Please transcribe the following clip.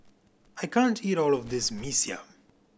I can't eat all of this Mee Siam